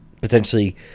potentially